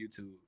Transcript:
YouTube